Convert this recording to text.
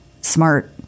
smart